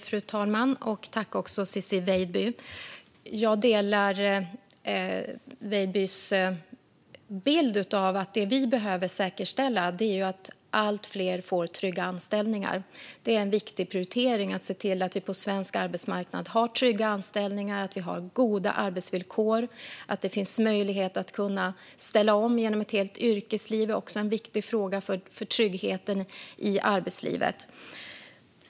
Fru talman! Jag delar Ciczie Weidbys bild att det vi behöver säkerställa är att allt fler får trygga anställningar. Det är en viktig prioritering att se till att svensk arbetsmarknad har trygga anställningar och goda arbetsvillkor. Att det finns möjlighet att ställa om genom ett helt yrkesliv är också viktigt för tryggheten i arbetslivet.